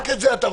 רק המשטרה?